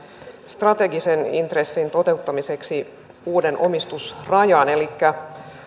strategisen intressin toteuttamiseksi uutta omistusrajaa elikkä